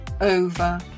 over